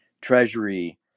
treasury